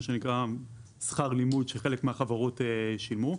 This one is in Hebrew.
מה שנקרא "שכר לימוד" שחלק מהחברות שילמו,